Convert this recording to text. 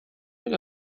wenn